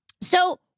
So-